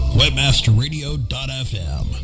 webmasterradio.fm